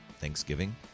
Thanksgiving